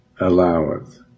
alloweth